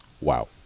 Wow